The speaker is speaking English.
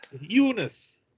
Eunice